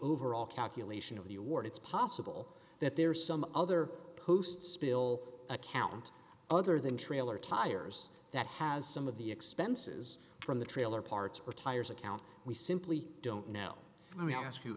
overall calculation of the award it's possible that there are some other post spill accountant other than trailer tires that has some of the expenses from the trailer parts or tires account we simply don't know let me ask you